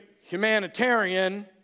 humanitarian